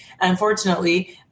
Unfortunately